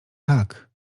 tak